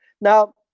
Now